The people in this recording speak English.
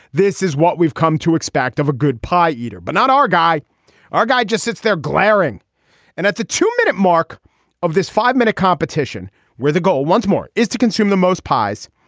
this is what we've come to expect of a good pie eater but not our guy our guy just sits there glaring and that's a two minute mark of this five minute competition where the goal once more is to consume the most pies.